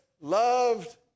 loved